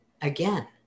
again